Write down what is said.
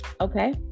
Okay